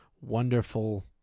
wonderful